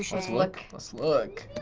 let's look, let's look.